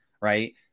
Right